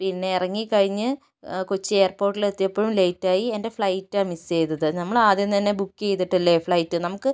പിന്നെ ഇറങ്ങിക്കഴിഞ്ഞ് കൊച്ചി എയർപോർട്ടിൽ എത്തിയപ്പോഴും ലേറ്റ് ആയി എൻ്റെ ഫ്ലൈറ്റാണ് മിസ് ചെയ്തത് നമ്മൾ ആദ്യം തന്നെ ബുക്ക് ചെയ്തിട്ടല്ലേ ഫ്ലൈറ്റ് നമുക്ക്